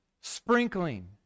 sprinkling